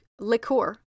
liqueur